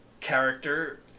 character